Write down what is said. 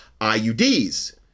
IUDs